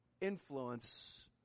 influence